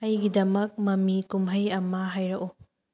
ꯑꯩꯒꯤꯗꯃꯛ ꯃꯃꯤ ꯀꯨꯝꯍꯩ ꯑꯃ ꯍꯥꯏꯔꯛꯎ